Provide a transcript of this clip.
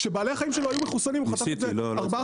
כשבעלי החיים שלו היו מחוסנים הוא חטף את זה ארבע,